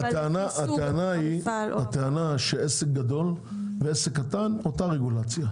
--- הטענה היא שלעסק קטן ולעסק גדול יש את אותה הרגולציה?